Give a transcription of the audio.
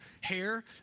hair